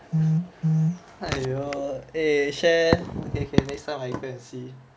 !aiyo! eh share eh K K next time I go and see